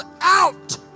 out